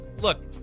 look